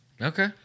Okay